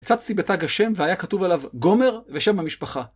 הצצתי בתג השם, והיה כתוב עליו גומר ושם המשפחה.